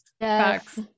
Yes